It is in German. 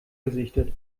gesichtet